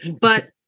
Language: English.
But-